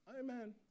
Amen